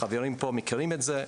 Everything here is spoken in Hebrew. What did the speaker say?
החברים פה מכירים את זה,